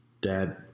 dad